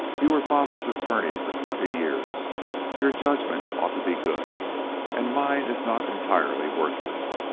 you were father's attorney for twenty years your judgment ought to be good and mine is not entirely worthless.